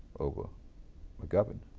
over mcgovern